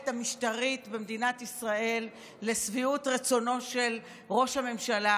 המשטרית במדינת ישראל לשביעות רצונו של ראש הממשלה,